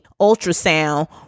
ultrasound